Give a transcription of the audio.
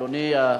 אדוני,